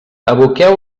aboqueu